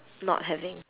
not having